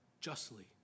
justly